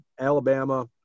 Alabama